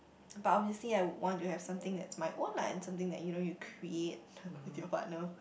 but obviously I would want to have something that's my own lah and something that you know you create with your partner